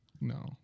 No